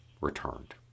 returned